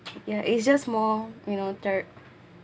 ya it's just more you know the